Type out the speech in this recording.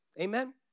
Amen